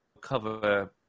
cover